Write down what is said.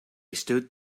stood